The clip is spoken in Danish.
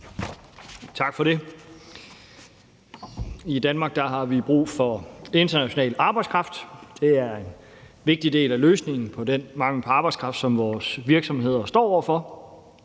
Tak for det. I Danmark har vi brug for international arbejdskraft. Det er en vigtig del af løsningen på den mangel på arbejdskraft, som vores virksomheder står over for.